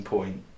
Point